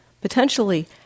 potentially